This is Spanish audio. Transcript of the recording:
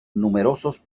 numerosos